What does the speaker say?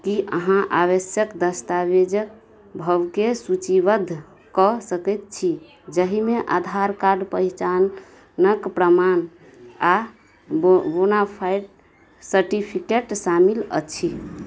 कि अहाँ आवश्यक दस्तावेजक सबकेँ सूचिबद्ध कऽ सकै छी जहिमे आधार कार्ड पहचानक प्रमाण आओर बो बोनाफाइड सर्टिफिकेट शामिल अछि